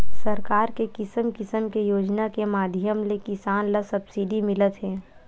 सरकार के किसम किसम के योजना के माधियम ले किसान ल सब्सिडी मिलत हे